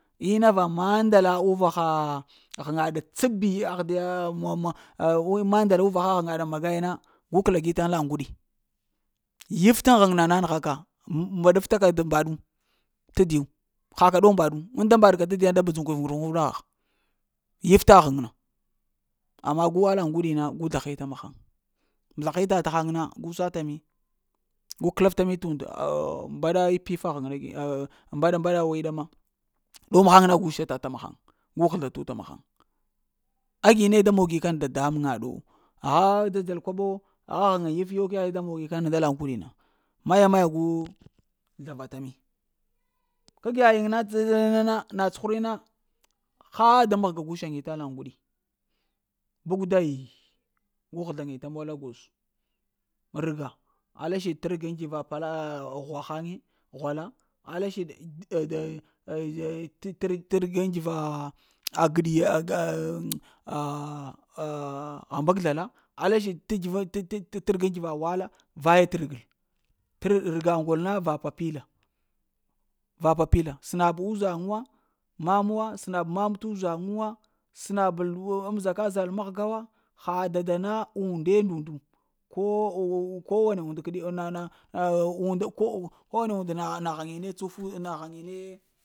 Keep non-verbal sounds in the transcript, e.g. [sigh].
Ina va mandala uvaha ghəŋgaɗa tsabi ahdiya mama a mandala uvaha ɗa magai na gu kəlagwinta alla uŋguɗi yiftan ghəŋ na nanəgha ka m baɗaf taka mbaɗu t'diyu ha ka ɗow mbaɗ tadiyu ŋ da mbaɗ ka tadiyu da badzu ka vu wur wura ha yafta ghəŋ na, amma gu la uŋguɗi na gu zlahita mahaŋ zlahita ta haŋ na gu sata mi [hesitation] gu kəlafta mi t'unda, mbaɗa i pifa ghəŋ na gi mbaɗa-mbaɗa awi ɗama. Ɗam haŋ na gu shatata maghaŋ, gu ghuzla ta ta maghaŋ. Agi ne da moni kana dada muŋga ɗo pgha dza-dzal koɓo o pgha ghəŋ yafyo, keghe da moni nda la uŋguɗi na ma-maya gu zlavata mi kag yayiŋ na dza, dza na na cuhura yiŋ na, haa gu da mahga gu shanita la ŋgudi. Bug dai gu ghuzla ŋyita mol a goz. Rəga alasiɗ t’ rəga ŋ t'va pala ah ah gwa ha ŋe ghwa la, ala siɗi [hesitation] t't’ rəgaŋ ŋ tkyəva aah gəɗiye [hesitation] hambakzla la alla siɗi t’ t'va t't’ rega ntkyva wala vaya t'rəgel t'rəg rəga ngol na va papile, va papila səna t’ uzaŋ wa mam wa səna mama t’ uzaŋ wa səna bəl t’ amzaka zal mahga wa, ha dada na unɗe ndu-ndu ko wu wu kow wane und kəɗi nana ko unda ko unda nana haŋge ne cufu ta ɗe ghaŋi ne.